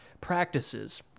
practices